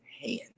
hand